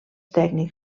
tècnic